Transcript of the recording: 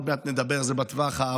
עוד מעט נדבר על זה בטווח הארוך,